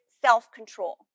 self-control